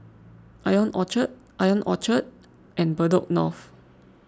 Ion Orchard Ion Orchard and Bedok North